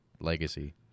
legacy